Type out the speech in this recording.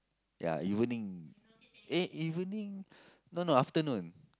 ya evening eh evening no no afternoon